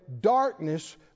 darkness